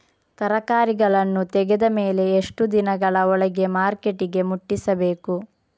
ತರಕಾರಿಗಳನ್ನು ತೆಗೆದ ಮೇಲೆ ಎಷ್ಟು ದಿನಗಳ ಒಳಗೆ ಮಾರ್ಕೆಟಿಗೆ ಮುಟ್ಟಿಸಬೇಕು?